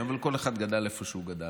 אבל כל אחד גדל איפה שהוא גדל,